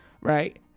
Right